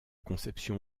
conception